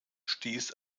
stieß